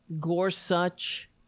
Gorsuch